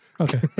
Okay